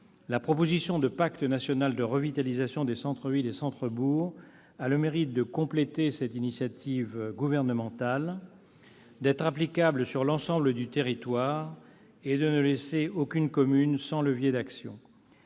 La proposition de pacte national de revitalisation des centres-villes et centres-bourgs a le mérite de compléter cette initiative gouvernementale, d'être applicable sur l'ensemble du territoire et de ne laisser aucune commune sans levier d'action.